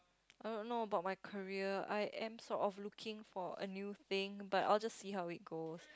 I don't know about my career I am sort of looking for a new thing but I'll just see how it goes